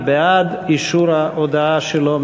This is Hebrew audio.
מי בעד אישור ההודעה שלו?